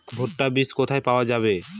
ভুট্টার বিজ কোথায় পাওয়া যাবে?